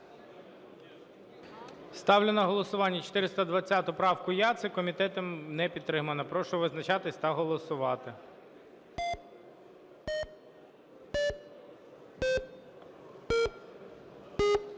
Ставлю на голосування 420 правку Яцик. Комітетом не підтримана. Прошу визначатись та голосувати.